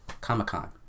comic-con